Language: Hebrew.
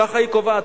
ככה היא קובעת,